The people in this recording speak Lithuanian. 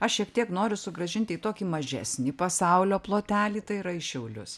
aš šiek tiek noriu sugrąžinti į tokį mažesnį pasaulio plotelį tai yra į šiaulius